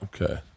Okay